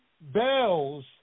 bells